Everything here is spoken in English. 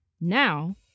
Now